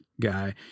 guy